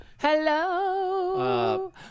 hello